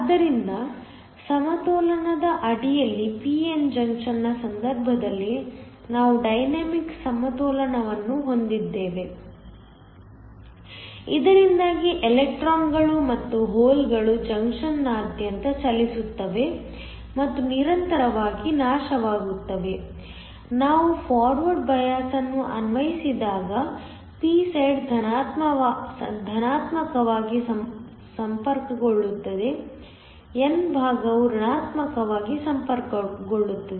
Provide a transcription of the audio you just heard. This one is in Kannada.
ಆದ್ದರಿಂದ ಸಮತೋಲನದ ಅಡಿಯಲ್ಲಿ p n ಜಂಕ್ಷನ್ನ ಸಂದರ್ಭದಲ್ಲಿ ನಾವು ಡೈನಾಮಿಕ್ ಸಮತೋಲನವನ್ನು ಹೊಂದಿದ್ದೇವೆ ಇದರಿಂದಾಗಿ ಎಲೆಕ್ಟ್ರಾನ್ಗಳು ಮತ್ತು ಹೋಲ್ಗಳು ಜಂಕ್ಷನ್ನಾದ್ಯಂತ ಚಲಿಸುತ್ತವೆ ಮತ್ತು ನಿರಂತರವಾಗಿ ನಾಶವಾಗುತ್ತವೆ ನಾವು ಫಾರ್ವರ್ಡ್ ಬಯಾಸ್ಅನ್ನು ಅನ್ವಯಿಸಿದಾಗ p ಸೈಡ್ ಧನಾತ್ಮಕವಾಗಿ ಸಂಪರ್ಕಗೊಳ್ಳುತ್ತದೆ n ಭಾಗವು ಋಣಾತ್ಮಕವಾಗಿ ಸಂಪರ್ಕಗೊಳ್ಳುತ್ತದೆ